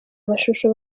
amashusho